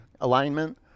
alignment